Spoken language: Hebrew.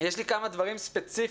יש לי כמה דברים ספציפיים,